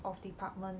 of department